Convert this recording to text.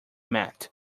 mat